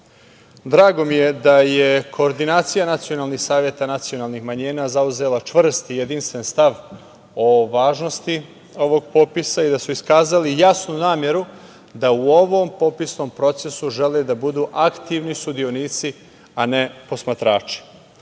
itd. Drago mi je da je koordinacija nacionalnih saveta nacionalnih manjina zauzela čvrst i jedinstven stav o važnosti ovog popisa i da su iskazali jasnu nameru da u ovom popisnom procesu žele da budu aktivni sudionici a ne posmatrači. Jasno